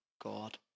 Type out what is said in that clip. God